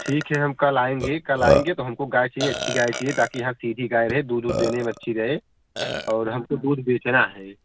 ठीक है हम कल आएँगे कल आएँगे तो हमको गाय चाहिए अच्छी गाय चाहिए ताकि यहाँ सीधी गाय रहे दूध ऊध देने में अच्छी रहे और हमको दूध बेचना है